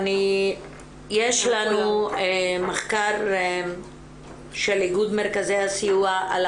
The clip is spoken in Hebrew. יש לנו מחקר של איגוד מרכזי הסיוע על